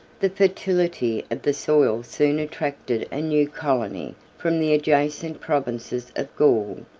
the fertility of the soil soon attracted a new colony from the adjacent provinces of gaul.